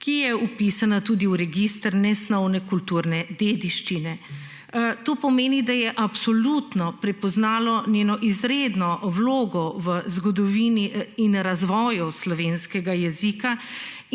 ki je vpisana tudi v register nesnovne kulturne dediščine. To pomeni, da je absolutno prepoznalo njeno izredno vlogo v zgodovini in razvoju slovenskega jezika